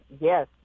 Yes